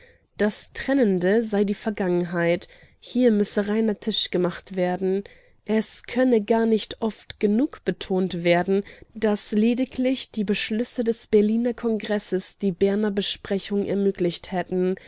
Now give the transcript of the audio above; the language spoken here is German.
das trennende sei die vergangenheit hier müsse reiner tisch gemacht werden es könne gar nicht oft genug betont werden daß lediglich die beschlüsse des berliner kongresses die berner besprechung ermöglicht hätten